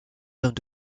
hommes